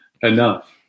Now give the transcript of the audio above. enough